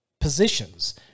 positions